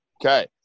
Okay